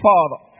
Father